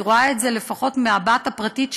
אני רואה את זה לפחות מהבת הפרטית שלי,